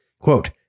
Quote